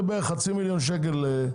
זה בערך חצי מיליון שקל לערוץ.